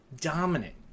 dominant